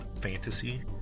fantasy